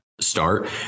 Start